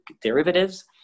derivatives